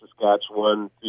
Saskatchewan